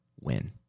win